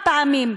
כמה פעמים,